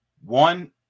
One